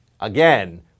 again